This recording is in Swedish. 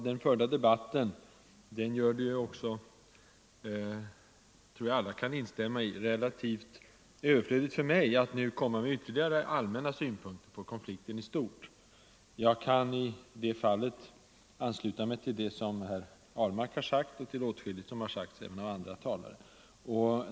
Den förda debatten gör det också — det tror jag att alla kan instämma i — relativt överflödigt för mig att anföra ytterligare allmänna synpunkter på konflikten i stort. Jag kan i det fallet ansluta mig till vad herr Ahlmark har sagt och även till åtskilligt av vad andra talare har sagt.